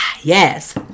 Yes